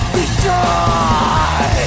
Destroy